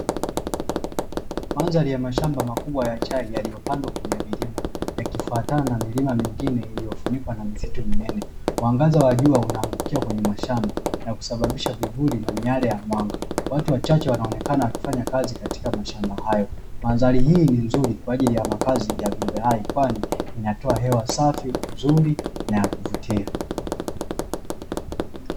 Mandhari ya mashamba makubwa ya chai yaliyopandwa kwenye vilima yakifatana na milima mingine iliyofunikwa na misitu minene, mwangaza wa jua unaangukia kwenye mashamba na kusababisha vivuli na miale ya mwanga, watu wachache wanaonekana wakifanya kazi katika mashamba hayo. Mandhari hii ni nzuri kwa ajili ya makazi ya viumba hai kwani inatoa hewa safi, nzuri na yakuvutia.